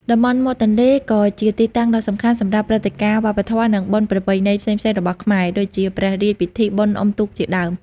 តំបន់មាត់ទន្លេក៏ជាទីតាំងដ៏សំខាន់សម្រាប់ព្រឹត្តិការណ៍វប្បធម៌ និងបុណ្យប្រពៃណីផ្សេងៗរបស់ខ្មែរ ដូចជាព្រះរាជពិធីបុណ្យអុំទូកជាដើម។